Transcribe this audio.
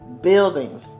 building